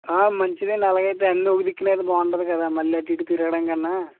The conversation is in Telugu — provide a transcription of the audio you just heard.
మంచిదండి అలాగైతే అన్ని ఒక దిక్కున అయితే బాగుంటుంది కదా మళ్ళీ అటు ఇటు తిరగడం కన్నా